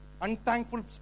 Unthankful